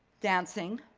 dancing.